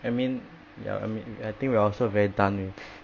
I mean ya I mean I think we are also very done with